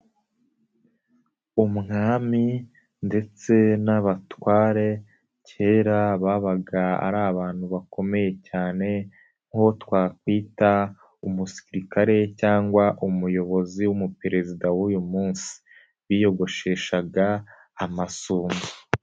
Umwami ndetse n'abatware, kera babaga ari abantu bakomeye cyane nk'uwo twakwita umusirikare cyangwa umuyobozi w'umuperezida w'uyu munsi. Biyogosheshaga amasunzu.